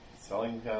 Selling